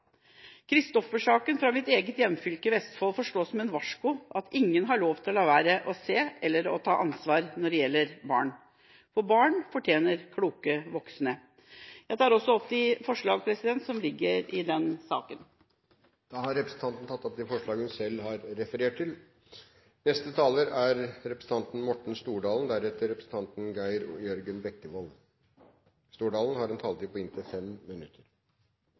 Christoffer-saken fra mitt eget hjemfylke, Vestfold, får stå som et varsko om at ingen har lov til å la være å se eller la være å ta ansvar når det gjelder barn. Barn fortjener kloke voksne. Jeg tar så opp forslagene nr. 3 og 4 i denne saken. Representanten Sonja Mandt har da tatt opp de forslagene hun refererte til. La meg starte med å si at jeg er glad for at vi nå har en